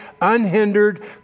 unhindered